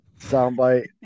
soundbite